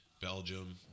Belgium